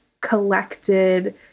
collected